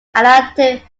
analytic